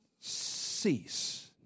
cease